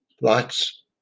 Lights